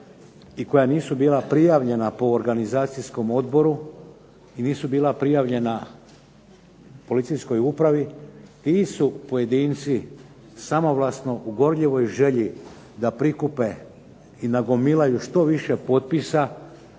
i koja nisu bila prijavljena po organizacijskom odboru i nisu bila prijavljena policijskoj upravi, ti su pojedinci samovlasno u gorljivoj želji da prikupe i nagomilaju što više potpisa,